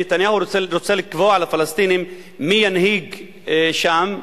נתניהו רוצה לקבוע לפלסטינים מי ינהיג שם,